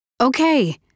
Okay